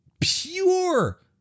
pure